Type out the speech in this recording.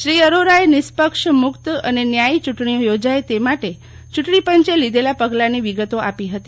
શ્રી અરોરાએ વિષ્પક્ષ મુક્ત અને ન્યાથી યુંટણીઓ યોજાય તે માટે યુંટણીપંચે લીધેલા પગલાની વિગતો આપી હતી